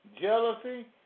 jealousy